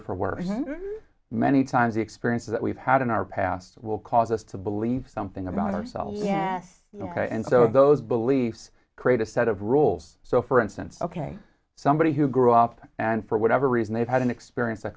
or for worse many times the experiences that we've had in our past will cause us to believe something about ourselves and so those beliefs create a set of rules so for instance ok somebody who grew up and for whatever reason they've had an experience